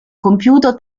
compiuto